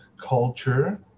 culture